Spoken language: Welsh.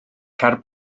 cer